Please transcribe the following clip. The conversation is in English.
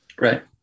Right